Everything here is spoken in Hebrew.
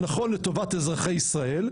הנכון לטובת אזרחי ישראל,